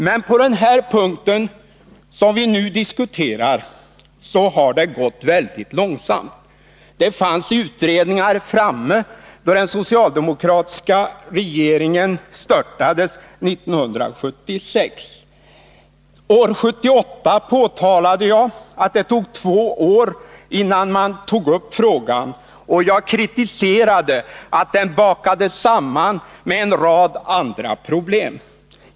Men på den punkt som vi nu diskuterar har det gått väldigt långsamt. Det fanns utredningar framme då den socialdemokratiska regeringen störtades 1976. År 1978 påtalade jag att det tog två år innan man tog upp frågan, och jag kritiserade att den bakades samman med en rad andra problem.